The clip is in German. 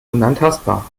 unantastbar